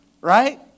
Right